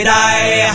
die